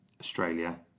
Australia